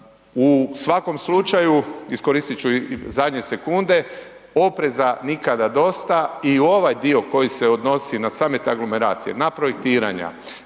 U svakom slučaju iskoristit ću i zadnje sekunde, opreza nikada dosta i u ovaj dio koji se odnosi na same te aglomeracije, na projektiranja,